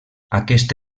aquesta